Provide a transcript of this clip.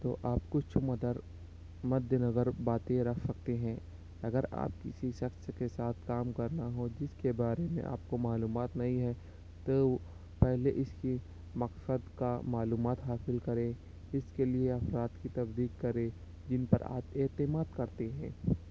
تو آپ کچھ مدر مد نظر باتیں رکھ سکتے ہیں اگر آپ کسی شخص کے ساتھ کام کرنا ہو جس کے بارے میں آپ کو معلومات نہیں ہیں تو پہلے اس کی مقصد کا معلومات حاصل کریں اس کے لیے افراد کی تصدیق کریں جن پر آپ اعتماد کرتے ہیں